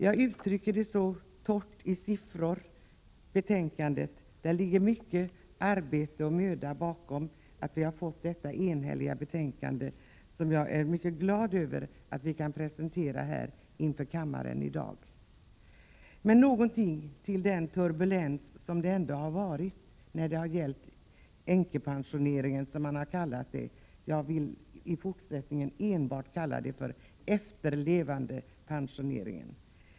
Jag uttrycker mig så här torrt i siffror om betänkandet, men det ligger mycket arbete och mycken möda bakom detta enhälliga betänkande, som jag är mycket glad över att kunna presentera inför kammaren i dag. Låt mig säga något om den turbulens som ändå har förekommit när det gäller detta pensionssystem, änkepensioneringen, som man har kallat det. Jag vill i fortsättningen enbart kalla det för efterlevandepensioneringen.